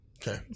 Okay